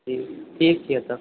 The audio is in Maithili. ठीक ठीक छै तऽ